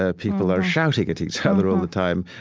ah people are shouting at each other all the time.